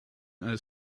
als